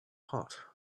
hot